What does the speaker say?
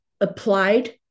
applied